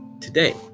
today